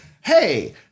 hey